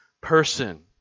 person